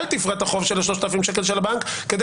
אל תפרע את החוב של ה-3,000 שקל של הבנק כדי